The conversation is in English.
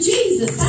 Jesus